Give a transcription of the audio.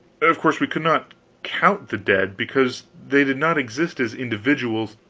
of course, we could not count the dead, because they did not exist as individuals,